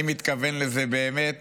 אני מתכוון לזה באמת